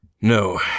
No